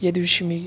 या दिवशी मी